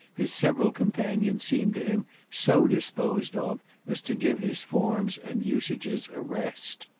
his several companions seemed to him so disposed of as to give his forms and usages a rest.